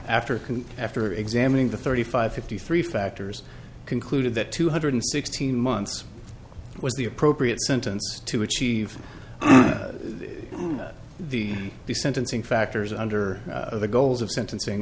after after examining the thirty five fifty three factors concluded that two hundred sixteen months was the appropriate sentence to achieve the the sentencing factors under the goals of sentencing